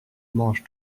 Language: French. mange